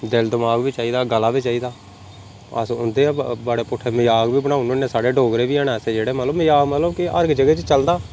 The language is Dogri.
दिल दमाग बी चाहिदा गला बी चाहिदा अस उं'दे ई बड़े पुट्ठे मजाक बी बनाई उड़ने होन्ने साढ़े डोगरे बी हैन ऐसे जेह्ड़े मतलब मजाक मतलब कि हर इक जगह च चलदा